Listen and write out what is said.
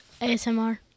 ASMR